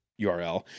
URL